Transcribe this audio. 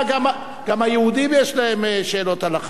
גם ליהודים יש שאלות הלכה,